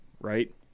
right